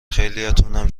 خیلیاتونم